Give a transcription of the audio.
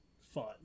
fun